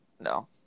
No